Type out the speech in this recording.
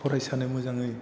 फरायासानो मोजाङै